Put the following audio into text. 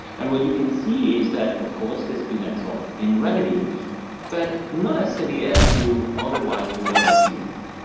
and what you can see is that, of course, there's been a drop in revenues but not as severe as you otherwise would have assumed.